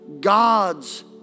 God's